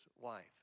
wife